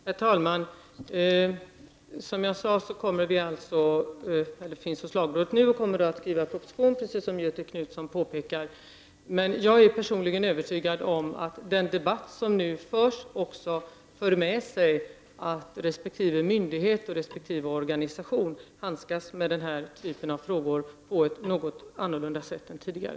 Herr talman! Som jag tidigare sade finns ett förslag nu hos lagrådet, och regeringen kommer med en proposition, precis som Göthe Knutson påpekade. Jag är personligen övertygad om att den debatt som nu förs också för med sig att resp. myndighet och organisation handskas med den här typen av frågor på ett något annorlunda sätt än tidigare.